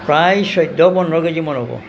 প্ৰায় চৈধ্য পোন্ধৰ কেজি মান হ'ব